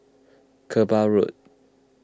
Kerbau Road